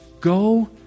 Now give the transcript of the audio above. go